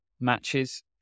matches